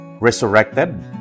resurrected